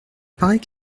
paraît